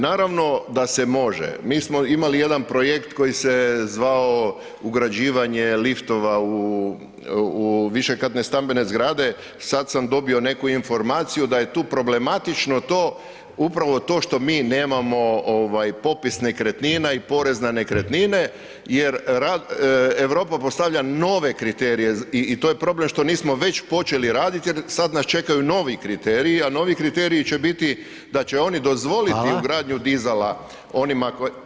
Naravno da se može, mi smo imali jedan projekt koji se zvao ugrađivanje liftova u višekatne stambene zgrade, sad sam dobio neku informaciju da je tu problematično upravo to što mi nemamo popis nekretnina i porez na nekretnine jer Europa postavlja nove kriterije i to je problem što nismo već počeli raditi jer sad nas čekaju novi kriteriji a novi kriteriji će biti da će oni dozvoliti ugradnju dizala onima